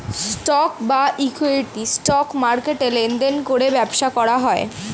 stock বা equity, stock মার্কেটে লেনদেন করে ব্যবসা করা হয়